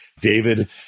David